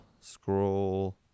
scroll